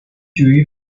جویی